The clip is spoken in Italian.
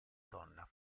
donna